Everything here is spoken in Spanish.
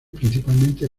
principalmente